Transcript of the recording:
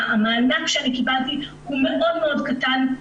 והמענק שאני קיבלתי הוא מאוד מאוד קטן,